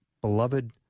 beloved